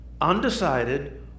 undecided